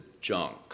junk